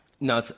No